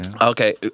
Okay